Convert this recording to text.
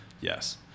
yes